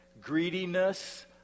greediness